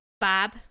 Bob